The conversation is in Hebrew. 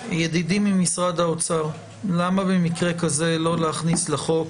ידידי ממשרד האוצר, למה במקרה כזה לא להכניס לחוק